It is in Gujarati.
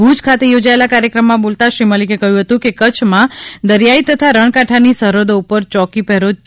ભૂજ ખાતે યોજાયેલા કાર્યક્રમમાં બોલતાં શ્રી મલીકે કહ્યું હતું કે કચ્છમાં દરિયાઇ તથા રણકાંઠાની સરહદો ઉપર યોકી પહેરો યૂસ્ત બનાવાયો છે